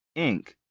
ink,